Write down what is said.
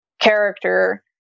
character